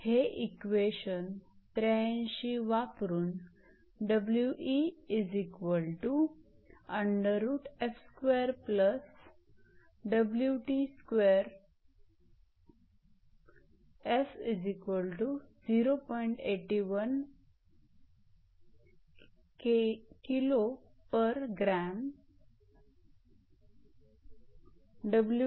हे इक्वेशन 83 वापरून 𝐹0